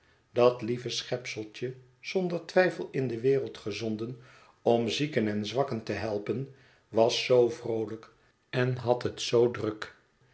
dat lieve schepseltje zonder twijfel in de wereld gezonden om zieken en zwakken te helpen was zoo vroolijk en had het zoo druk